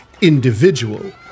individual